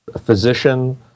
physician